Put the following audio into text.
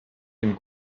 den